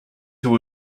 who